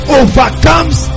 overcomes